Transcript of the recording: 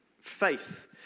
Faith